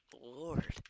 Lord